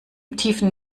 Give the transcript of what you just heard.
tiefen